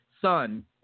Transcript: son